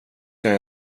jag